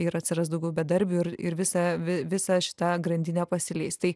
ir atsiras daugiau bedarbių ir ir visa vi visa šita grandinė pasileis tai